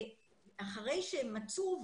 אחרי שהם מצאו,